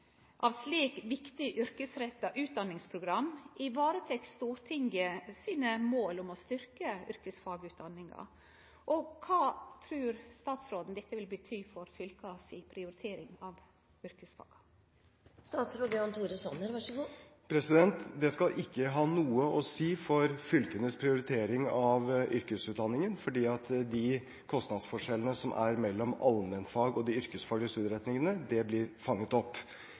av slike viktige yrkesretta utdanningsprogram varetek Stortingets mål om å styrkje yrkesfagutdanninga? Kva trur statsråden dette vil bety for fylka si prioritering av yrkesfag? Det skal ikke ha noe å si for fylkenes prioritering av yrkesutdanningen, fordi de kostnadsforskjellene som er mellom allmennfag og de yrkesfaglige studieretningene, blir fanget opp.